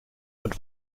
und